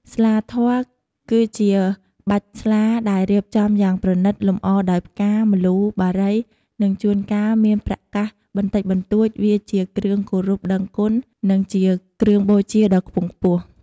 ស្លាធម៌ គឺជាបាច់ស្លាដែលរៀបចំយ៉ាងប្រណិត លម្អដោយផ្កា ម្លូ បារី និងជួនកាលមានប្រាក់កាសបន្តិចបន្តួច វាជាគ្រឿងគោរពដឹងគុណ និងជាគ្រឿងបូជាដ៏ខ្ពង់ខ្ពស់។